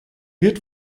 wird